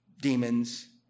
demons